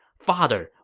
father,